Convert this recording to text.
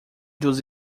dos